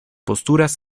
posturas